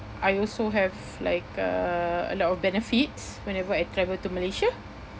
I also have like uh a lot of benefits whenever I travel to Malaysia